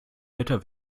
wetter